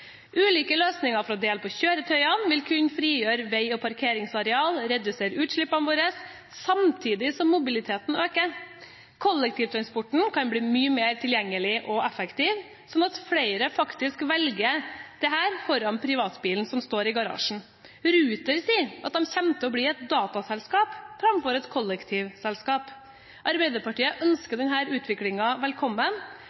Ulike løsninger for å dele på kjøretøyene vil kunne frigjøre vei- og parkeringsareal og redusere utslippene våre, samtidig som mobiliteten øker. Kollektivtransporten kan bli mye mer tilgjengelig og effektiv, slik at flere faktisk velger dette foran privatbilen som står i garasjen. Ruter sier at de kommer til å bli et dataselskap framfor et kollektivselskap. Arbeiderpartiet